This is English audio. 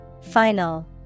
Final